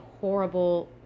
horrible